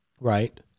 Right